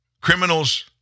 Criminals